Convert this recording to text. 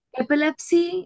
epilepsy